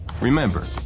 Remember